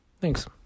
thanks